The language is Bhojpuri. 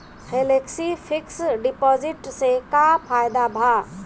फेलेक्सी फिक्स डिपाँजिट से का फायदा भा?